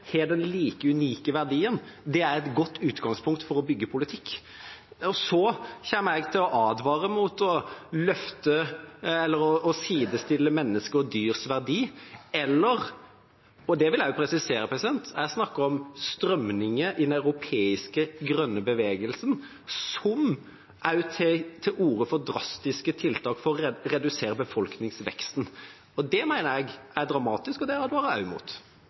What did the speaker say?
har den like unike verdien, er et godt utgangspunkt for å bygge politikk. Så kommer jeg til å advare mot å sidestille menneskers og dyrs verdi, og jeg vil presisere at jeg snakker om strømninger i den europeiske grønne bevegelsen, som også tar til orde for drastiske tiltak for å redusere befolkningsveksten. Det mener jeg er dramatisk, og det advarer jeg også mot.